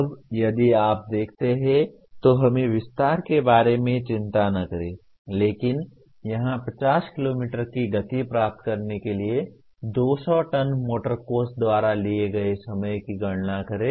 अब यदि आप देखते हैं तो हमें विस्तार के बारे में चिंता न करें लेकिन यहां 50 किमी की गति प्राप्त करने के लिए 200 टन मोटर कोच द्वारा लिए गए समय की गणना करें